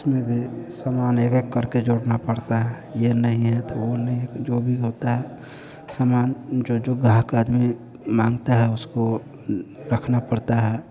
उसमें भी सामान एक एक करके जोड़ना पड़ता है यह नहीं है तो वह नहीं है जो भी होता है सामान जो ग्राहक आदमी माँगते हैं उसको रखना पड़ता है